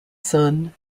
son